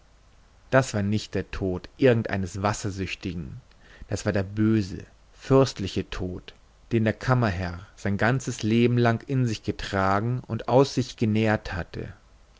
das war nicht der tod irgendeines wassersüchtigen das war der böse fürstliche tod den der kammerherr sein ganzes leben lang in sich getragen und aus sich genährt hatte